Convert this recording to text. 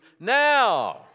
now